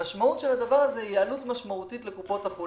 המשמעות של זה, היא עלות משמעותית לקופות החולים.